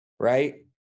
right